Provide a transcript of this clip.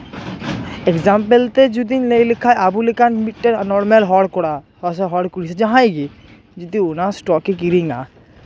example ᱛᱮ ᱡᱩᱫᱤᱧ ᱞᱟᱹᱭ ᱞᱮᱠᱷᱟᱱ ᱟᱵᱚ ᱞᱮᱠᱟᱱ ᱢᱤᱫᱴᱮᱡ ᱱᱚᱨᱢᱮᱞ ᱦᱚᱲ ᱠᱚᱲᱟ ᱥᱮ ᱦᱚᱲ ᱠᱩᱲᱤ ᱡᱟᱦᱟᱸᱭ ᱜᱤ ᱡᱩᱫᱤ ᱚᱱᱟ ᱥᱴᱚᱠᱮᱭ ᱠᱤᱨᱤᱧᱟ